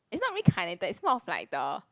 it's not reincarnated it's more of like the